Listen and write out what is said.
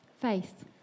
Faith